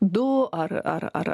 du ar ar ar